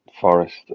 Forest